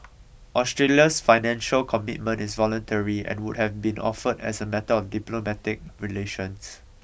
Australia's financial commitment is voluntary and would have been offered as a matter of diplomatic relations